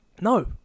no